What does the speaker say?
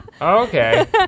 okay